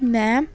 ਮੈਂ